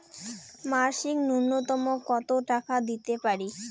মাসিক নূন্যতম কত টাকা দিতে পারি?